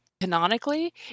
canonically